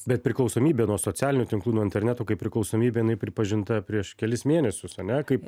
bet priklausomybė nuo socialinių tinklų nuo interneto kaip priklausomybė jinai pripažinta prieš kelis mėnesius ane kaip